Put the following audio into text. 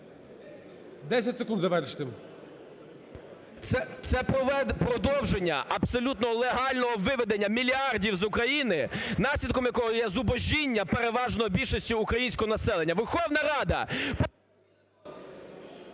10 секунд завершити. ЛЕВЧЕНКО Ю.В. Це продовження абсолютно легального виведення мільярдів з України, наслідком якого є зубожіння переважної більшості українського населення. Верховна Рада…